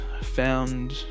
found